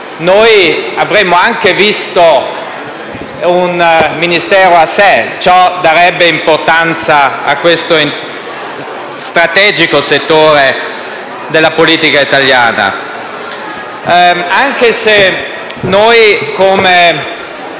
noi avremmo anche visto un Ministero a sé: ciò darebbe importanza a questo strategico settore della politica italiana. [**Presidenza